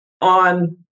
on